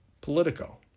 Politico